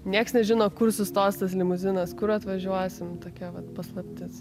niekas nežino kur sustos tas limuzinas kuriuo atvažiuosim tokia vat paslaptis